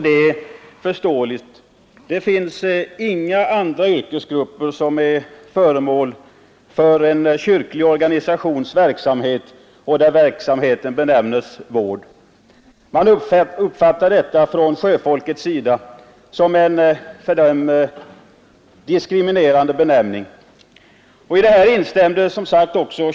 Detta är förståeligt. Det finns inga andra yrkesgrupper som är föremål för en kyrklig organisations verksamhet där verksamheten benämns vård. Sjöfolket uppfattar detta som en för dem diskriminerande benämning. I detta har också kyrkomötet instämt.